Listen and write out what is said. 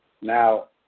now